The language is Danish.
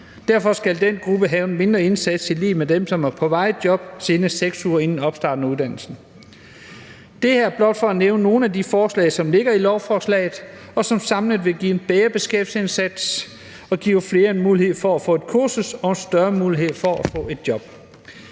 Derfor skal den gruppe have en mindre indsats i lighed med dem, som er på vej i job, senest 6 uger inden opstarten af uddannelsen. Det er blot for at nævne nogle af de forslag, som ligger i lovforslaget, og som samlet vil give en bedre beskæftigelsesindsats og give flere mulighed for at få et kursus og en større mulighed for at få et job.